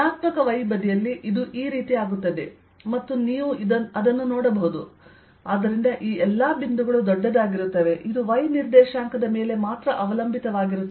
ಋಣಾತ್ಮಕ y ಬದಿಯಲ್ಲಿ ಇದು ಈ ರೀತಿ ಆಗುತ್ತದೆ ಮತ್ತು ನೀವು ಅದನ್ನು ನೋಡಬಹುದು ಆದ್ದರಿಂದ ಈ ಎಲ್ಲಾ ಬಿಂದುಗಳು ದೊಡ್ಡದಾಗಿರುತ್ತವೆ ಇದು y ನಿರ್ದೇಶಾಂಕದ ಮೇಲೆ ಮಾತ್ರ ಅವಲಂಬಿತವಾಗಿರುತ್ತದೆ